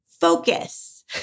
Focus